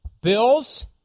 Bills